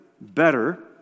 better